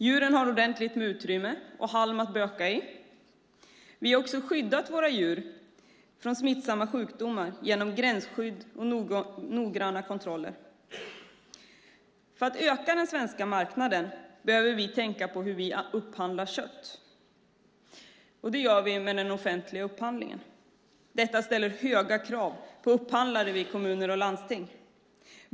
Djuren har ordentligt med utrymme och halm att böka i. Vi har också skyddat våra djur från smittsamma sjukdomar genom gränsskydd och noggranna kontroller. För att öka den svenska marknaden behöver vi tänka på hur vi upphandlar kött. Det gör vi genom den offentliga upphandlingen. Detta ställer höga krav på upphandlare vid kommuner och landsting.